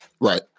right